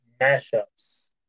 mashups